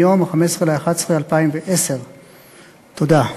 מיום 15 בנובמבר 2010. תודה.